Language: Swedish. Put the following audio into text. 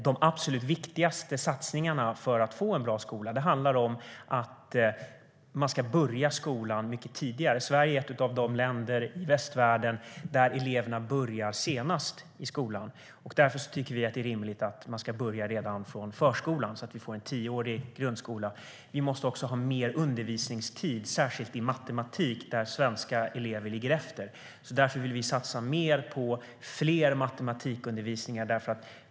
De absolut viktigaste satsningarna för att få en bra skola handlar om att man ska börja skolan mycket tidigare. Sverige är ett av de länder i västvärlden där eleverna börjar senast i skolan. Därför tycker vi att det är rimligt att man ska börja redan från förskolan så att vi får en tioårig grundskola. Vi måste också ha mer undervisningstid, särskilt i matematik. Där ligger svenska elever efter. Därför vill vi satsa mer på fler timmar i matematikundervisning.